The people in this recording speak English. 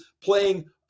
playing